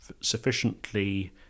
sufficiently